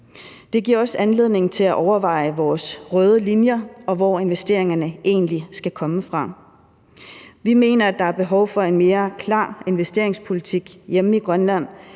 Det giver også anledning til at overveje vores røde linjer, og hvor investeringerne egentlig skal komme fra. Vi mener, at der er behov for en mere klar investeringspolitik hjemme i Grønland,